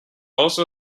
also